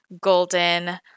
golden